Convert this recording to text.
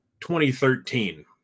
2013